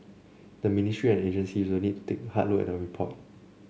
the ministry and agencies really need to take a hard look at the report